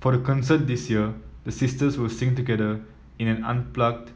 for the concert this year the sisters will sing together in an unplugged